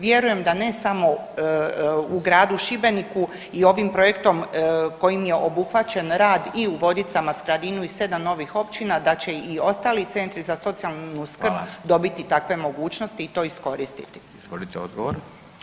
Vjerujem da ne samo u gradu Šibeniku i ovim projektom kojim je obuhvaćen rad i u Vodicama, Skradinu i 7 novih općina, da će i ostali centri za socijalnu skrb dobiti takve mogućnosti i to iskoristiti.